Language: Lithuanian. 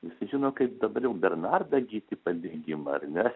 visi žino kaip dabar jau bernardą gytį padegimą ar ne